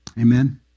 Amen